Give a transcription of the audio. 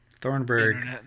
Thornburg